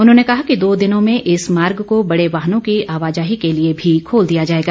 उन्होंने कहा कि दो दिनों में इस मार्ग को बड़े वाहनों की आवाजाही के लिए भी खोल दिया जाएगा